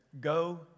go